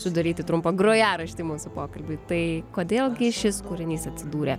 sudaryti trumpą grojaraštį mūsų pokalbiui tai kodėl gi šis kūrinys atsidūrė